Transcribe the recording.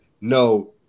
no